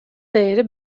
değeri